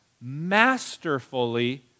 masterfully